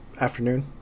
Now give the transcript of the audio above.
afternoon